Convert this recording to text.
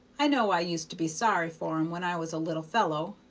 i know i used to be sorry for him when i was a little fellow.